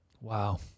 Wow